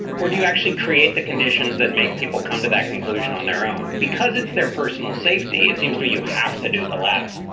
or do you actually create the conditions that make people come to that conclusion on their own? because it's their personal safety? it seems to me you have to do the latter.